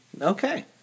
Okay